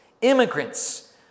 immigrants